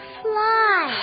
fly